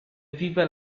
vive